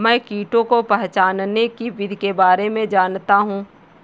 मैं कीटों को पहचानने की विधि के बारे में जनता हूँ